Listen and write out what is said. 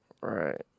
Right